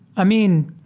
i mean,